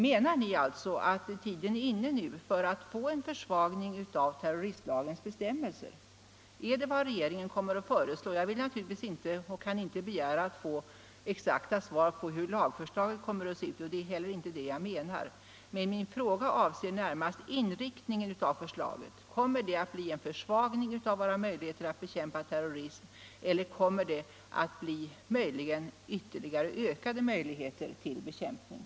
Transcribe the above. Menar ni alltså att tiden nu är inne för att försvaga terroristlagens bestämmelser? Nr 78 Är det vad regeringen kommer att föreslå? Jag kan naturligtvis inte begära Tisdagen den att få exakta svar på hur lagförslaget kommer att se ut — det är inte 13 maj 1975 heller det jag menar - men min fråga avser närmast inriktningen av 2! ARS MENAT RN sd förslaget. Kommer det att bli en försvagning av våra möjligheter att Fortsatt giltighet av bekämpa terrorism eller kommer det att innebära ökade möjligheter till — den s.k. terroristbekämpning?